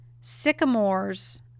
sycamores